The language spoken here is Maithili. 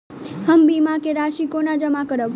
हम बीमा केँ राशि कोना जमा करबै?